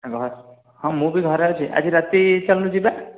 ଘରେ ହଁ ମୁଁ ବି ଘରେ ଅଛି ଆଜି ରାତି ଚାଲୁନୁ ଯିବା